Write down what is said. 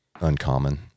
uncommon